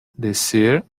descer